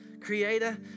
creator